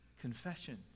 Confession